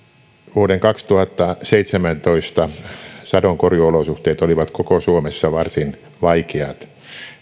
vuoden kaksituhattaseitsemäntoista sadonkorjuuolosuhteet olivat koko suomessa varsin vaikeat